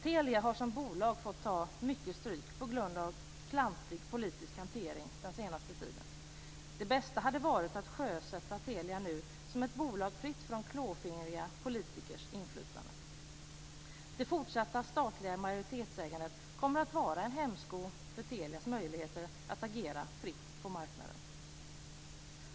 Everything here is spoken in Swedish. Telia har som bolag fått ta mycket stryk på grund av klantig politisk hantering den senaste tiden. Det bästa hade varit att sjösätta Telia som ett bolag fritt från klåfingriga politikers inflytande. Det fortsatta statliga majoritetsägandet kommer att vara en hämsko för Telias möjligheter att agera fritt på marknaden.